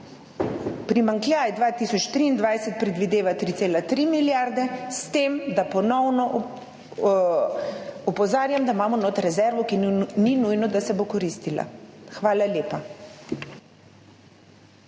Primanjkljaj 2023 predvideva 3,3 milijarde. S tem da ponovno opozarjam, da imamo notri rezervo, ki ni nujno, da se bo koristila. Hvala lepa.